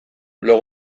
blog